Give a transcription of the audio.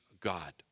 God